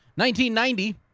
1990